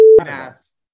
ass